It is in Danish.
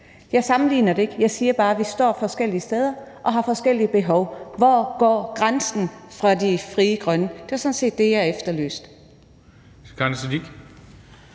Jeg sammenligner det ikke, men jeg siger bare, at vi står forskellige steder og har forskellige behov. Hvor går grænsen for Frie Grønne? Det var sådan set det, jeg efterlyste.